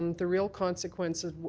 um the real consequences,